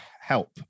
Help